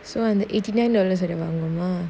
so அந்த:antha eighty nine dollars வர வாங்குவமா:vara vaanguvamaa